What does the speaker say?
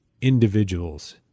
individuals